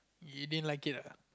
you didn't like it ah